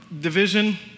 division